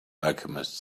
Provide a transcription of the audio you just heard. alchemist